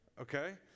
Okay